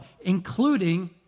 including